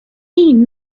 این